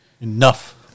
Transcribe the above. Enough